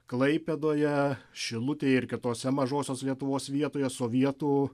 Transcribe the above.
klaipėdoje šilutėje ir kitose mažosios lietuvos vietoje sovietų